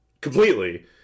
completely